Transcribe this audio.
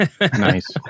nice